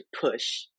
push